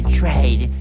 trade